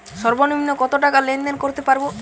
সর্বনিম্ন কত টাকা লেনদেন করতে পারবো?